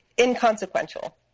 inconsequential